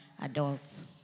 adults